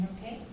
Okay